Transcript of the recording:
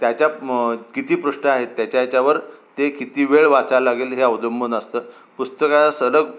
त्याच्यात म किती पृष्ठं आहेत त्याच्या याच्यावर ते किती वेळ वाचायला लागेल हे अवलंबून असतं पुस्तकाला सलग